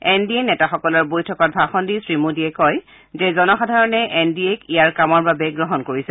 N D A নেতাসকলৰ বৈঠকত ভাষণ দি শ্ৰীমোদীয়ে কয় যে জনসাধাৰণে এন ডি এক ইয়াৰ কামৰ বাবে গ্ৰহণ কৰিছে